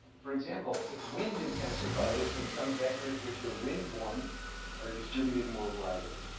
for example, if wind intensifies, then some vectors which are wind-borne are distributed more widely.